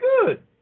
good